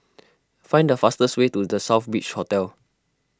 find the fastest way to the Southbridge Hotel